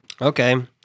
Okay